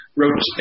wrote